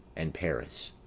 and paris.